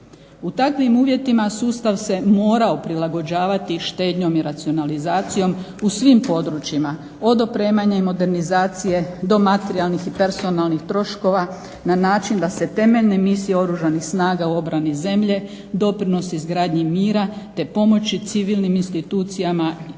U takvim uvjetima sustav se morao prilagođavati štednjom i racionalizacijom u svim područjima, od opremanja i modernizacije do materijalnih i personalnih troškova na način da se temeljne misije Oružanih snaga u obrani zemlje, doprinos izgradnji mira te pomoći civilnim institucijama i